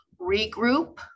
regroup